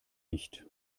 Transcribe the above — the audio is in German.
nicht